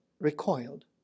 recoiled